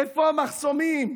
איפה המחסומים?